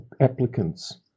applicants